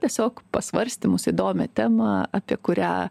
tiesiog pasvarstymus įdomią temą apie kurią